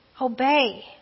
Obey